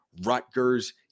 rutgers